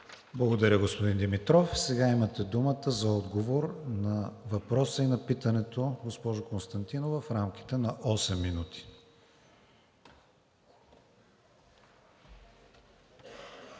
Благодаря, господин Димитров. Сега имате думата за отговор на въпроса и на питането, госпожо Константинова, в рамките на осем минути.